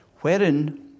wherein